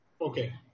Okay